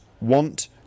want